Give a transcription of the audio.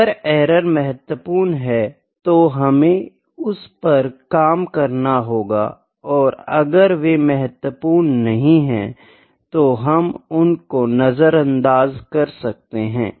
अगर एरर महत्वपूर्ण हैतो हमे उस पर काम करना होगा और अगर वे महत्वपूर्ण नहीं है तो हम उनको नज़रअंदाज़ कर सकते है